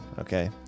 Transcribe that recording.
Okay